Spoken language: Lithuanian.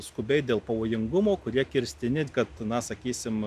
skubiai dėl pavojingumo kurie kirstini kad na sakysim